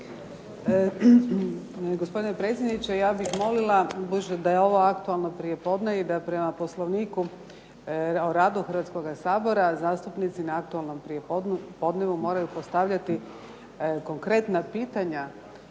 Gospodin predsjedniče, ja bih molila budući da je ovo "Aktualno prijepodne" i da prema Poslovniku o radu Hrvatskoga sabora, zastupnici na "Aktualnom prijepodnevu" moraju postavljati konkretna pitanja,